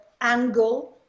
angle